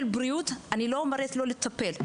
אני לא אומרת לא לטפל,